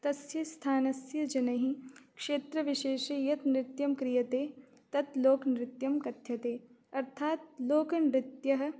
तस्य स्थानस्य जनैः क्षेत्रविशेषे यत् नृत्यं क्रियते तत् लोकनृत्यं कथ्यते अर्थात् लोकनृत्यम्